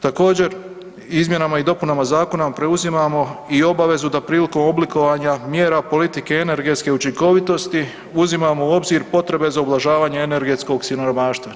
Također izmjenama i dopunama zakona preuzimamo i obavezu da prilikom oblikovanja mjera politike energetske učinkovitosti uzimamo u obzir potrebe za ublažavanje energetskog siromaštva.